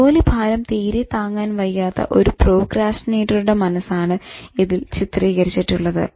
ജോലിഭാരം തീരെ താങ്ങാൻ വയ്യാത്ത ഒരു പ്രോക്രാസ്റ്റിനേറ്ററുടെ മനസ്സാണ് ഇതിൽ ചിത്രീകരിച്ചിട്ടുള്ളത്